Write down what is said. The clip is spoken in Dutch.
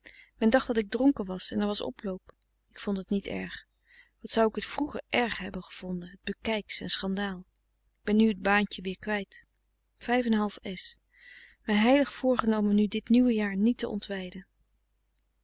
men dacht dat ik dronken was en er was oploop ik vond het niet erg wat zou ik het vroeger erg hebben gevonden het bekijks en schandaal ik ben nu t baantje weer kwijt ij heilig voorgenomen nu dit nieuwe jaar niet te ontwijden